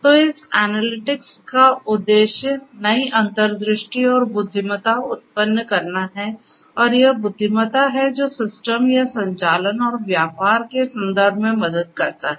तो इस एनालिटिक्स का उद्देश्य नई अंतर्दृष्टि और बुद्धिमत्ता उत्पन्न करना है और यह बुद्धिमत्ता है जो सिस्टम या संचालन और व्यापार के संदर्भ में मदद करता है